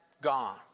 gone